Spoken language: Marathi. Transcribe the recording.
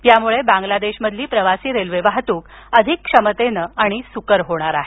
यामुळे बांगलादेशमधील प्रवासी रेल्वे वाहतूक अधिक क्षमतेनं आणि सुकर होणार आहे